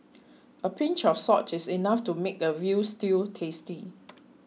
a pinch of salt is enough to make a Veal Stew tasty